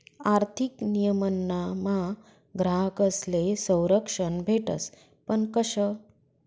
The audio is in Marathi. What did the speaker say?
आर्थिक नियमनमा ग्राहकस्ले संरक्षण भेटस पण कशं